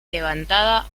levantada